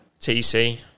TC